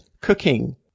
cooking